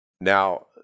Now